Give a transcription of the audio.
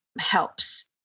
helps